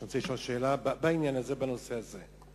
אני רוצה לשאול שאלה בעניין הזה, בנושא הזה.